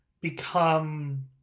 become